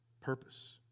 Purpose